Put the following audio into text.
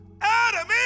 Adam